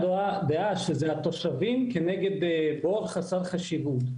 דעה שזה התושבים כנגד בור חסר חשיבות.